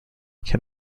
can